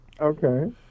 Okay